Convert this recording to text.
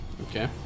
Okay